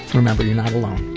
remember you're not alone,